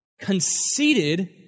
Conceited